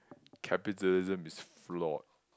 capitalism is flawed